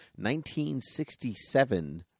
1967